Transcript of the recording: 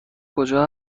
کجا